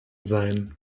sein